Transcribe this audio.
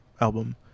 album